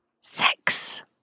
Sex